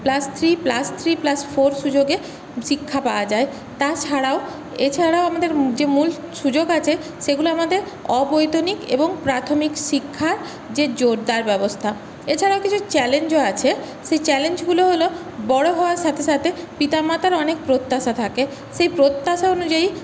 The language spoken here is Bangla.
plus three plus three plus four সুযোগে শিক্ষা পাওয়া যায় তাছাড়াও এছাড়াও আমাদের যে মূল সুযোগ আছে সেগুলো আমাদের অবৈতনিক এবং প্রাথমিক শিক্ষা যে জোরদার ব্যবস্থা এছাড়াও কিছু চ্যালেঞ্জও আছে সেই চ্যালেঞ্জগুলো হলো বড়ো হওয়ার সাথে সাথে পিতামাতার অনেক প্রত্যাশা থাকে সেই প্রত্যাশা অনুযায়ী